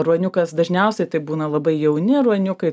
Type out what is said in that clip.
ruoniukas dažniausiai tai būna labai jauni ruoniukai